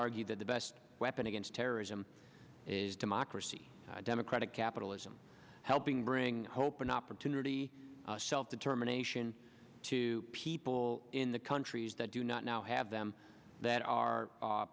argue that the best weapon against terrorism is democracy democratic capitalism helping bring hope and opportunity self determination to people in the countries that do not now have them that are